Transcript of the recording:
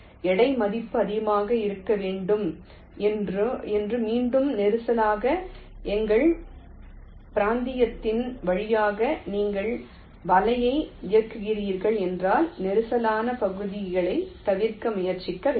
எனவே எடை மதிப்பு அதிகமாக இருக்க வேண்டும் என்று மிகவும் நெரிசலான எங்கள் பிராந்தியத்தின் வழியாக நீங்கள் வலையை இயக்குகிறீர்கள் என்றால் நெரிசலான பகுதிகளைத் தவிர்க்க முயற்சிக்க வேண்டும்